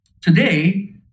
today